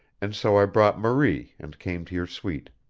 and so i brought marie and came to your suite.